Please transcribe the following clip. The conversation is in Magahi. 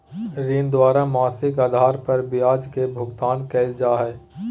ऋणी द्वारा मासिक आधार पर ब्याज के भुगतान कइल जा हइ